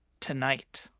tonight